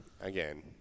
again